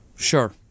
Sure